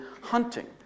hunting